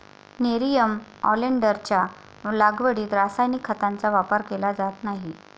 nerium ऑलिंडरच्या लागवडीत रासायनिक खतांचा वापर केला जात नाही